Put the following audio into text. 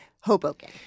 Hoboken